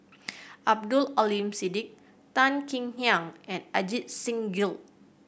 Abdul Aleem Siddique Tan Kek Hiang and Ajit Singh Gill